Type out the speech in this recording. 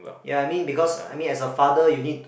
ya I mean because I mean as a father you need to